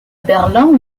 berlin